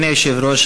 אדוני היושב-ראש,